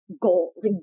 gold